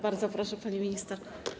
Bardzo proszę, pani minister.